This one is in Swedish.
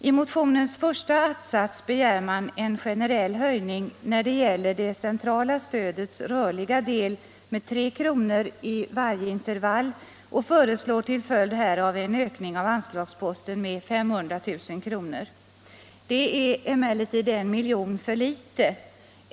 I motionens första att-sats begär man en generell höjning av det centrala stödets rörliga del med 3 kr. i varje intervall och föreslår till följd härav en ökning av anslagsposten med 500 000 kr. Det är emellertid I milj.kr. för litet.